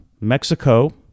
Mexico